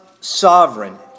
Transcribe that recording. sovereign